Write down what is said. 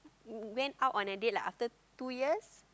went out on a date like after two years